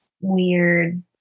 weird